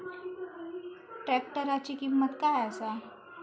ट्रॅक्टराची किंमत काय आसा?